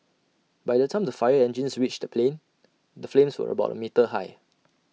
by the time the fire engines reached the plane the flames were about A metre high